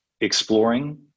exploring